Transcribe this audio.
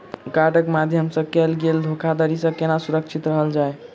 कार्डक माध्यम सँ कैल गेल धोखाधड़ी सँ केना सुरक्षित रहल जाए?